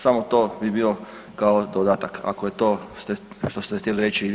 Samo to bi bio kao dodatak ako je to što ste htjeli reći i vi.